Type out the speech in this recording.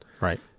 Right